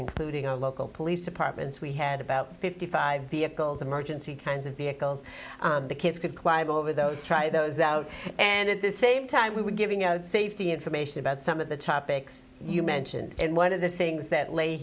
including our local police departments we had about fifty five vehicles emergency kinds of vehicles the kids could climb over those try those out and at the same time we were giving out safety information about some of the topics you mentioned and one of the things that l